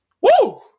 Woo